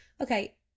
okay